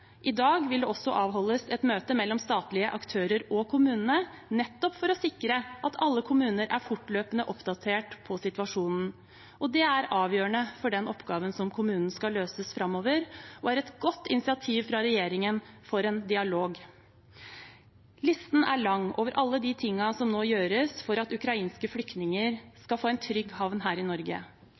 I dag vil det også avholdes et møte mellom statlige aktører og kommunene, nettopp for å sikre at alle kommuner blir fortløpende oppdatert på situasjonen. Det er avgjørende for den oppgaven som kommunene skal løse framover, og er et godt initiativ for dialog fra regjeringen. Listen er lang over alle de tingene som nå gjøres for at ukrainske flyktninger skal få en trygg havn her i Norge.